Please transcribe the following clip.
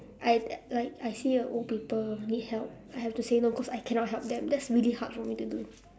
I like I see a old people who need help I have to say no cause I cannot help them that's really hard for me to do